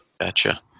Gotcha